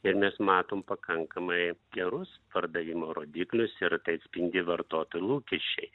ir mes matom pakankamai gerus pardavimo rodiklius ir tai atspindi vartotojų lūkesčiai